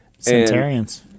Centarians